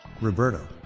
Roberto